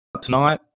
tonight